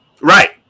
Right